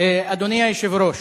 אדוני היושב-ראש,